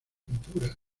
pintura